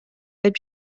деп